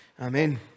Amen